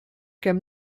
comme